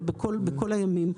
אלא בכל הימים.